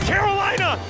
Carolina